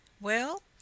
Well